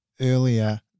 earlier